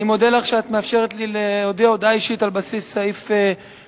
אני מודה לך על שאת מאפשרת לי להודיע הודעה אישית על בסיס סעיף 34(א),